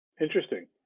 Interesting